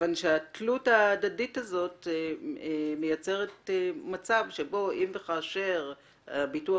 מכיוון שהתלות ההדדית הזאת מייצרת מצב שאם וכאשר הביטוח